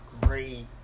great